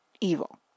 evil